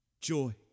Joy